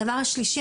הדבר השלישי,